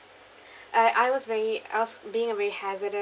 uh I was very I was being a very hazardous